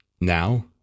now